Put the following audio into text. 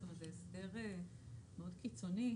זאת אומרת, זה הסדר מאוד קיצוני.